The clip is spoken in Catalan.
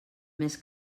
més